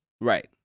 Right